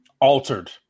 Altered